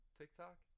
tiktok